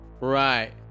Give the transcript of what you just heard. right